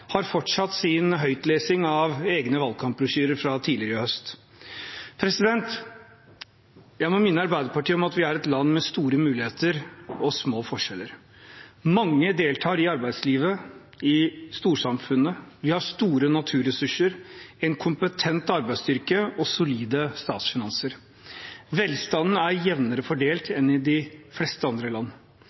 har fortsatt sin høytlesning av egne valgkampbrosjyrer fra tidligere i høst. Jeg må minne Arbeiderpartiet om at vi er et land med store muligheter og små forskjeller. Mange deltar i arbeidslivet i storsamfunnet. Vi har store naturressurser, en kompetent arbeidsstyrke og solide statsfinanser. Velstanden er jevnere fordelt enn i de fleste andre land.